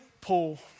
Paul